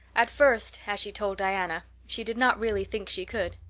at first, as she told diana, she did not really think she could.